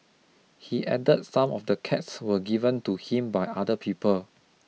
he added some of the cats were given to him by other people